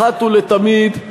אחת ולתמיד,